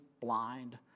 blind